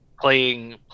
playing